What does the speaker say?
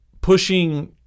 pushing